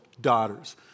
daughters